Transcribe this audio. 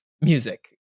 music